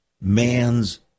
man's